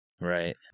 right